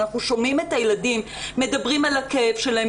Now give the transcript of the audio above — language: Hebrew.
אנחנו שומעים את הילדים מדברים על הכאב שלהם,